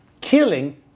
killing